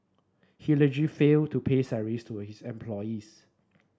he allegedly failed to pay salaries to his employees